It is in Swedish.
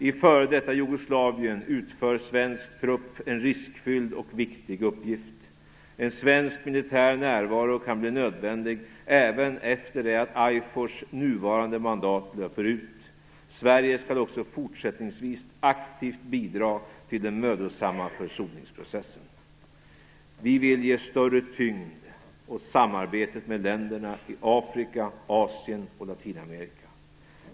I f.d. Jugoslavien utför svensk trupp en riskfylld och viktig uppgift. En svensk militär närvaro kan bli nödvändig även efter det att IFOR:s nuvarande mandat löper ut. Sverige skall också fortsättningsvis aktivt bidra till den mödosamma försoningsprocessen. Vi vill ge större tyngd åt samarbetet med länderna i Afrika, Asien och Latinamerika.